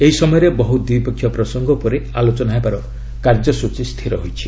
ଏହି ସମୟରେ ବହୁ ଦ୍ୱିପକ୍ଷୀୟ ପ୍ରସଙ୍ଗ ଉପରେ ଆଲୋଚନା ହେବାର କାର୍ଯ୍ୟସୂଚୀ ରହିଛି